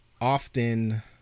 often